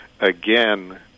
again